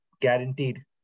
guaranteed